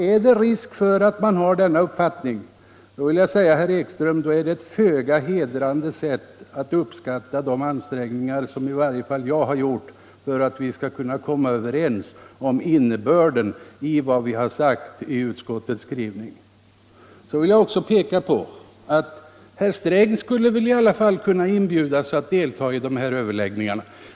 Är det risk för att man har denna uppfattning, vill jag säga herr Ekström att det är ett föga hedrande sätt att uppskatta de ansträngningar som i varje fall jag har gjort för att vi skall kunna komma överens om innebörden i utskottets skrivning. Herr Sträng skulle väl i alla fall kunna inbjudas att delta i överläggningarna.